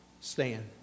stand